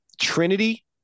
Trinity